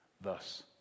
Thus